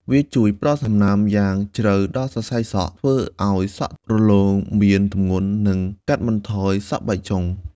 វាជួយ ផ្ដល់សំណើម យ៉ាងជ្រៅដល់សរសៃសក់ ធ្វើឱ្យសក់ទន់ រលោង មានទម្ងន់ និង កាត់បន្ថយសក់បែកចុង។